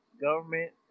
government